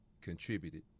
contributed